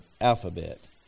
alphabet